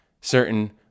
certain